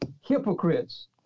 hypocrites